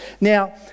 Now